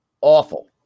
awful